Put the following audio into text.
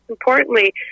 importantly